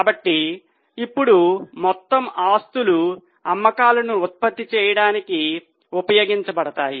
కాబట్టి ఇప్పుడు మొత్తం ఆస్తులు అమ్మకాలను ఉత్పత్తి చేయడానికి ఉపయోగించబడతాయి